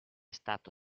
stato